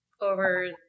over